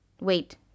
wait